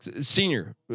Senior